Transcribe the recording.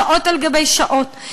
שעות על גבי שעות,